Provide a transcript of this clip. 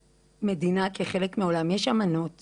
כמדינה, כחלק מהעולם, יש אמנות כרגע,